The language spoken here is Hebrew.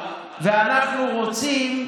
ואנחנו רוצים,